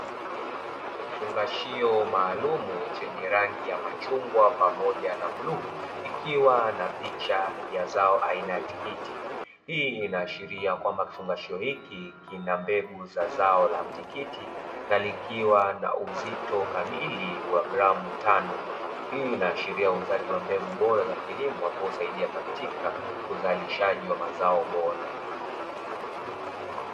Kifungashio maalumu chenye rangi ya machungwa pamoja na bluu akiwa na picha ya zao aina ya tikiti, hii inaashiria kwamva kifungashio hiki kinambegu zao la tikiti na likiwa na uzito kamaili wa gramu tano. Hii inaashiria uuzaji wa mbegu bora wa kilimo ambao husaidia katika uzalishaji wa mazao bora.